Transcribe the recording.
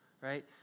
right